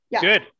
Good